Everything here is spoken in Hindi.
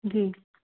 जी